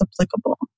applicable